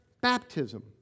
baptism